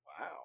Wow